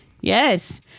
yes